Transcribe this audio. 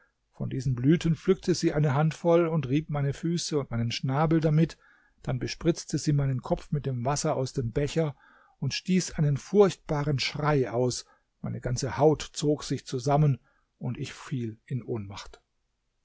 von diesen blüten pflückte sie eine handvoll und rieb meine füße und meinen schnabel damit dann bespritzte sie meinen kopf mit dem wasser aus dem becher und stieß einen furchtbaren schrei aus meine ganze haut zog sich zusammen und ich fiel in ohnmacht